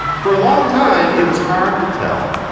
for a long time it was hard to tell,